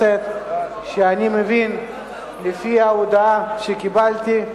לפי ההודעה שקיבלתי,